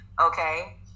okay